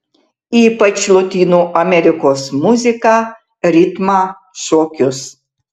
ypač lotynų amerikos muziką ritmą šokius